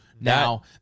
Now